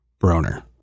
broner